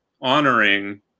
honoring